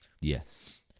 yes